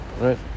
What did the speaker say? right